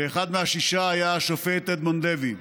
ואחד מהשישה היה השופט אדמונד לוי.